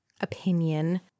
opinion